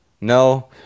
No